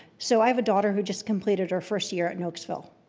so i have a daughter who just completed her first year at milksville.